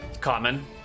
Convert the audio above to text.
Common